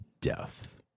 death